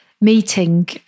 meeting